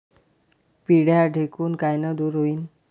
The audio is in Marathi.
पिढ्या ढेकूण कायनं दूर होईन?